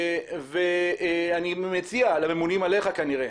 אני מציע, כנראה